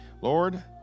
Lord